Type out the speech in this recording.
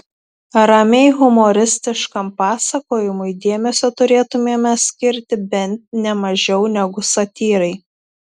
ramiai humoristiškam pasakojimui dėmesio turėtumėme skirti bent ne mažiau negu satyrai